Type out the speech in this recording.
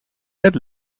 bed